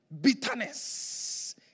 bitterness